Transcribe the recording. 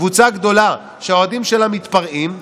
קבוצה גדולה שהאוהדים שלה מתפרעים,